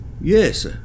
Yes